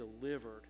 delivered